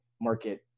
market